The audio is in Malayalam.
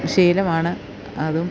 ശീലമാണ് അതും